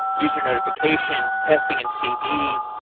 user notifications, testing in cd,